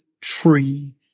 tree